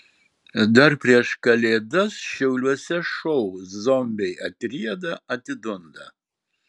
dar prieš kalėdas šiauliuose šou zombiai atrieda atidunda